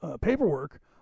paperwork